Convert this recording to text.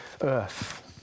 earth